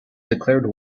declared